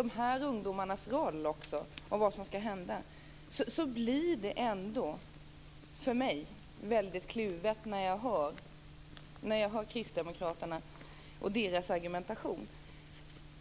dessa ungdomars roll och om vad som skall hända - blir det för mig väldigt kluvet när jag hör kristdemokraternas argumentation.